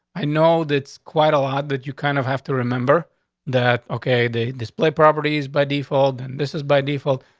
i know that's quite a lot that you kind of have to remember that. ok, they display properties by default. and this is by default,